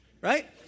right